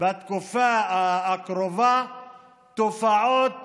בתקופה הקרובה תופעות